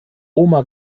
oma